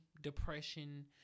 depression